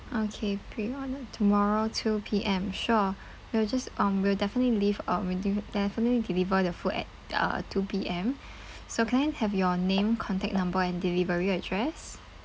okay pre-order tomorrow two P_M sure we'll just um we'll definitely leave um will definitely deliver the food at uh two P_M so can I have your name contact number and delivery address